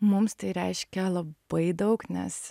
mums tai reiškia labai daug nes